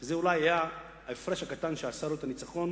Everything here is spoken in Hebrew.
זה אולי היה ההפרש הקטן שעשה לו את הניצחון